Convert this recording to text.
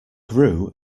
grew